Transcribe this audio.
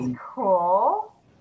cool